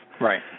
Right